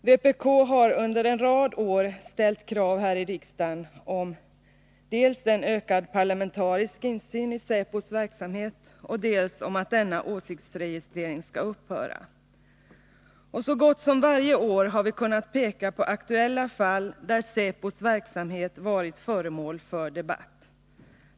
Vpk har under en rad år ställt krav här i riksdagen dels om en ökad parlamentarisk insyn i säpos verksamhet, dels om att åsiktsregistreringen skall upphöra. Och så gott som varje år har vi kunnat peka på aktuella fall där säpos verksamhet varit föremål för debatt.